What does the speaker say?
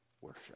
worship